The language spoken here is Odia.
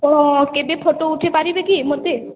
ହଁ କେବେ ଫୋଟୋ ଉଠେଇ ପାରିବେ କି ମୋତେ